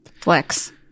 flex